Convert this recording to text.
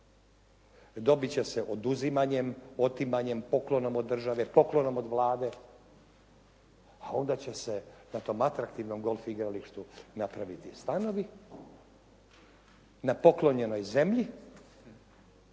Dobit će se oduzimanjem, otimanjem, poklonom od države, poklonom od Vlade a onda će se na tom atraktivnom golf igralištu napraviti stanovi na poklonjenoj zemlji